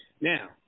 Now